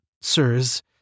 sirs